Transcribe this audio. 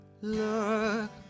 look